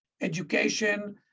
education